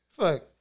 Fuck